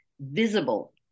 visible